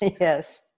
Yes